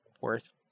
worth